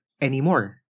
anymore